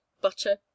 butter